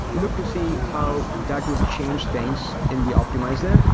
look to see how that would change things in the optimizer.